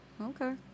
Okay